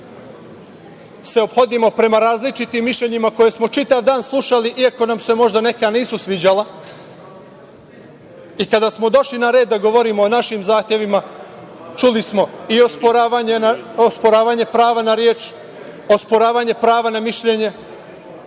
se ophodimo prema različitim mišljenjima koje smo čitav dan slušali iako nam se možda neka nisu sviđala i kada smo došli na red da govorimo o našim zahtevima čuli smo i osporavanje prava na reč, osporavanje prava na mišljenje